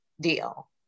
deal